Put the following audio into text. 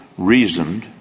reasoned,